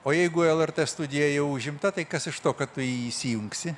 o jeigu lrt studija jau užimta tai kas iš to kad tu jį įsijungsi